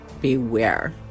beware